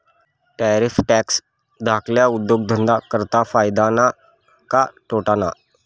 Tariff tax धाकल्ला उद्योगधंदा करता फायदा ना का तोटाना?